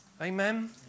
Amen